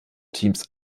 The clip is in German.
teams